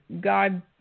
God